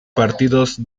partidos